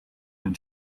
and